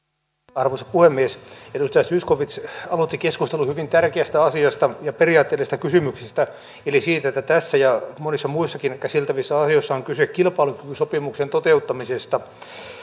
arvoisa puhemies edustaja zyskowicz aloitti keskustelun hyvin tärkeästä asiasta ja periaatteellisista kysymyksistä eli siitä että tässä ja monissa muissakin käsiteltävissä asioissa on kyse kilpailukykysopimuksen toteuttamisesta